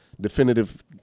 Definitive